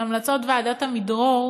שהמלצות ועדת עמידרור